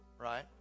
right